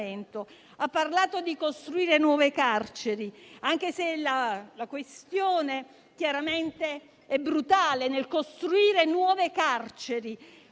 ha parlato di costruire nuove carceri. Anche se la questione è chiaramente brutale, nel costruire nuove carceri,